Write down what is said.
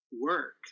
work